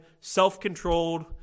self-controlled